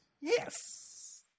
Yes